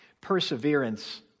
Perseverance